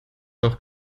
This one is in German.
doch